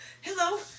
hello